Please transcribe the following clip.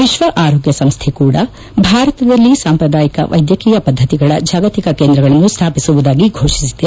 ವಿಶ್ವ ಆರೋಗ್ಯ ಸಂಸ್ದೆ ಕೂಡಾ ಭಾರತದಲ್ಲಿ ಸಾಂಪ್ರದಾಯಿಕ ವೈದ್ಯಕೀಯ ಪದ್ದತಿಗಳ ಜಾಗತಿಕ ಕೇಂದ್ರಗಳನ್ನು ಸ್ಥಾಪಿಸುವುದಾಗಿ ಘೋಷಿಸಿದೆ